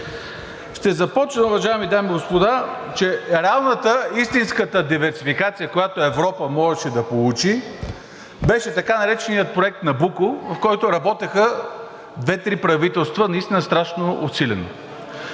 Ще започна, уважаеми дами и господа, че реалната, истинската диверсификация, която Европа можеше да получи, беше така нареченият проект „Набуко“, в който работеха две-три правителства страшно усилено.